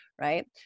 Right